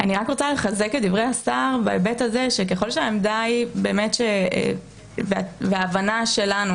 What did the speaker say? את דברי השר בהיבט הזה שככל שהעמדה היא והבנה שלנו